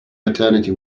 maternity